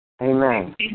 Amen